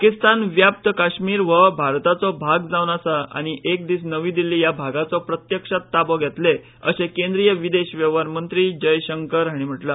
पाकिस्तान व्याप्त काश्मीर हो भारताचो भाग जावन आसा आनी एक दीस नवी दिल्ली ह्या भागाचो प्रत्यक्षात ताबो घेतले अशें केंद्रीय विदेश वेव्हार मंत्री जय शंकर हांणी म्हटला